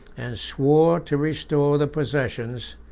and swore to restore the possessions,